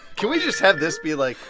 can we just have this be, like.